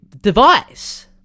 device